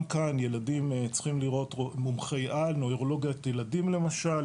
גם כאן ילדים צריכים לראות מומחי על נוירולוגית ילדים למשל,